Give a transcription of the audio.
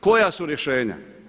Koja su rješenja?